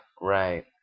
Right